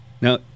now